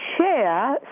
share